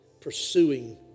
pursuing